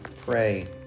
pray